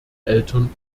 eltern